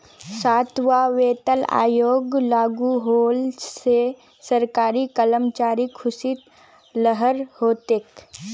सातवां वेतन आयोग लागू होल से सरकारी कर्मचारिर ख़ुशीर लहर हो तोक